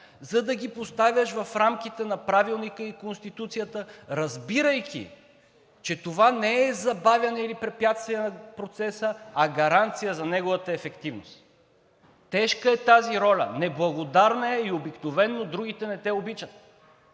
за да ги поставяш в рамките на Правилника и Конституцията, разбирайки, че това не е забавяне или препятствие на процеса, а гаранция за неговата ефективност. Тежка е тази роля, неблагодарна е и обикновено другите не те обичат.